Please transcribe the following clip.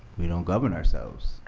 we don't govern ourselves.